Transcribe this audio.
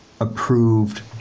approved